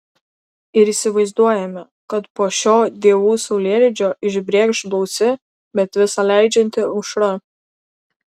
ir įsivaizduojame kad po šio dievų saulėlydžio išbrėkš blausi bet visa leidžianti aušra